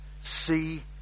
see